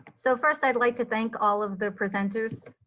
so first i'd like to thank all of the presenters